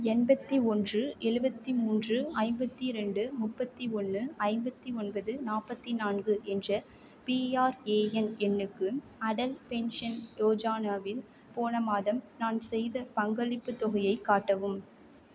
எண்பத்தி ஒன்று எழுவத்தி மூன்று ஐம்பத்தி ரெண்டு முப்பத்தி ஒன்று ஐம்பத்தி ஒன்பது நாற்பத்தி நான்கு என்ற பிஆர்ஏஎன் எண்ணுக்கு அடல் பென்ஷன் யோஜனாவின் போன மாதம் நான் செய்த பங்களிப்புத் தொகையைக் காட்டவும்